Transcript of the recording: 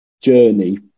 journey